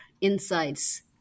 insights